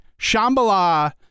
Shambhala